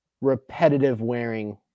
repetitive-wearing